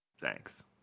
Thanks